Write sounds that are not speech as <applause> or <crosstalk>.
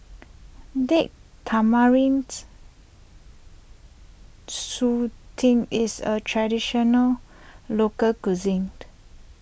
Date Tamarind Chutney is a Traditional Local Cuisine <noise>